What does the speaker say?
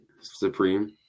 Supreme